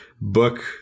book